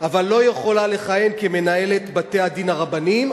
אבל לא יכולה לכהן כמנהלת בתי-הדין הרבניים.